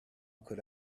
could